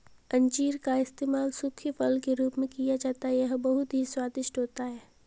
अंजीर का इस्तेमाल सूखे फल के रूप में किया जाता है यह बहुत ही स्वादिष्ट होता है